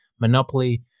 Monopoly